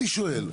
אני שואל,